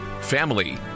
family